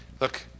Look